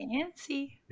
fancy